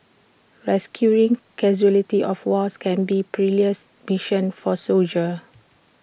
rescuing casualties of wars can be perilous mission for soldiers